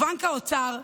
ומשרד האוצר,